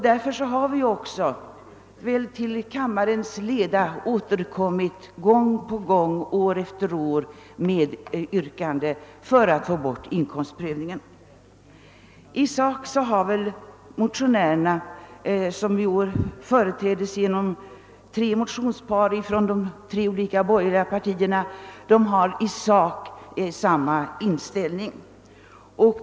Därför har vi, måhända till kammarledamöternas leda, återkommit år efter år med yrkande om att få bort inkomstprövningen. Också i år har vi i sak — genom tre motionspar -— givit uttryck åt samma uppfattning.